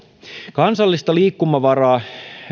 kansallista liikkumavaraa